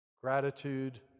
gratitude